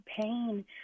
pain